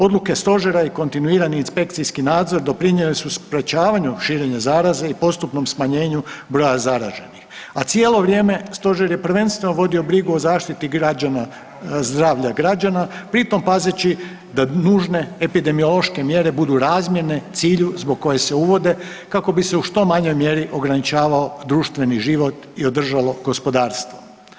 Odluke Stožera i kontinuirani inspekcijski nadzor doprinijele su sprječavanju širenja zaraze i postupnom smanjenju broja zaraženih, a cijelo vrijeme Stožer je prvenstveno vodio brigu o zaštiti građana, zdravlja građana pritom pazeći da nužne epidemiološke mjere budu razmjerne cilju zbog kojih se uvode kako bi se u što manjoj mjeri ograničavao društveni život i održalo gospodarstvo.